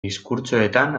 diskurtsoetan